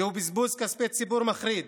זהו בזבוז כספי ציבור מחריד.